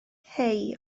hei